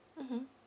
mmhmm